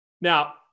Now